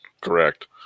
correct